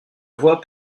voie